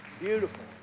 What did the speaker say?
Beautiful